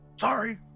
Sorry